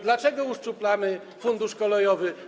Dlaczego uszczuplamy Fundusz Kolejowy?